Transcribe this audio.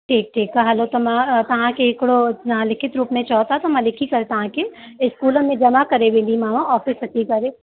ठीकु ठीकु त हलो त मां तव्हांखे हिकिड़ो लिखित रूप में चओ था त मां लिखी करे तव्हांखे स्कूल में जम्मा करे वेंदीमाव ऑफ़िस अची करे